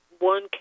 One